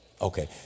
okay